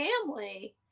family